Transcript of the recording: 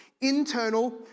internal